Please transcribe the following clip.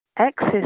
Access